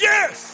Yes